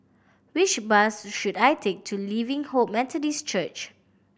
which bus should I take to Living Hope Methodist Church